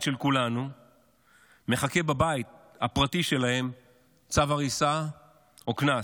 של כולנו מחכה בבית הפרטי שלהם צו הריסה או קנס,